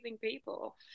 people